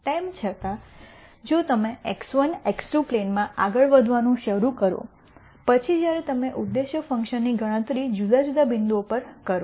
તેમ છતાં જો તમે x1 x2 પ્લેન માં આગળ વધવાનું શરૂ કરો પછી જ્યારે તમે ઉદ્દેશ્ય ફંકશનની ગણતરી જુદા જુદા બિંદુઓ પર કરો